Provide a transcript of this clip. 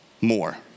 more